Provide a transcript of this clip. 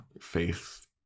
Faith